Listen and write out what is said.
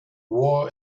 war